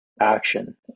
action